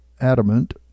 adamant